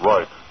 Right